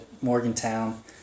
Morgantown